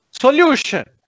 solution